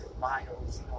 miles